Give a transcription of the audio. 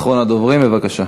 אחרון הדוברים, בבקשה.